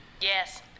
Yes